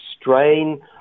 strain